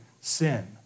sin